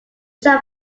shall